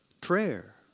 prayer